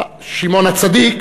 שמעון-הצדיק,